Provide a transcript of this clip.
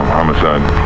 Homicide